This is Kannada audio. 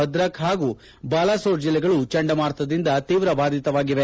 ಭದ್ರಕ್ ಹಾಗೂ ಬಾಲಾಸೊರ್ ಜಿಲ್ಲೆಗಳು ಚಂಡಮಾರುತದಿಂದ ತೀವ್ರಬಾಧಿತವಾಗಿವೆ